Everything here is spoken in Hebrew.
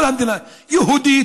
כל המדינה יהודית,